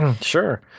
Sure